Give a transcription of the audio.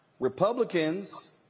Republicans